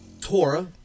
Torah